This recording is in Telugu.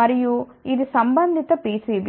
మరియు ఇది సంబంధిత PCB